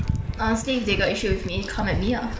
honestly if they got issue with me come at me ah